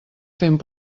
fent